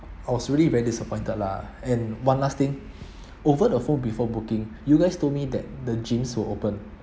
I was really very disappointed lah and one last thing over the phone before booking you guys told me that the gyms were open